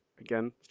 again